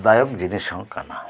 ᱫᱟᱭᱚᱠ ᱡᱤᱱᱤᱥ ᱦᱚᱸᱠᱟᱱᱟ